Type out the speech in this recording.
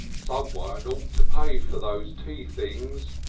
someone ought to pay for those tea things,